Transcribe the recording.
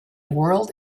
whirled